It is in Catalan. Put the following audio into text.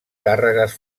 càrregues